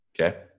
okay